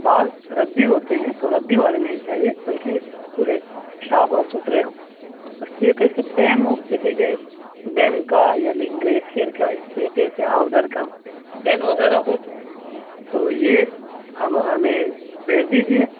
بعض ردی ہوتے ہیں تو ردی والے نہیں چاہیے بلکہ پورے صاف اور ستھرے ہوں اس طریقے سے پین ہو جیسے کہ ڈیم کا یا لنک گلیشئر کا اس طریقے سے ہاؤزر کا پین وغیرہ ہو تو یہ ہم ہمیں بھیج دیجیے